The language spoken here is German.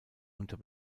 unter